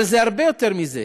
אבל זה הרבה יותר מזה: